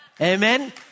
amen